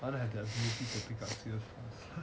I don't have the ability to pick up skills fast